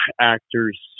actors